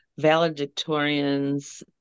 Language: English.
valedictorians